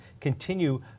continue